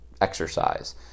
exercise